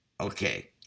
Okay